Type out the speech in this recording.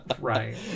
Right